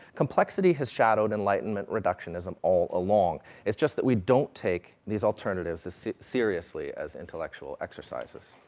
complexity has shadowed enlightenment reductionism all along, it's just that we don't take these alternatives as seriously as intellectual exercises.